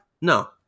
No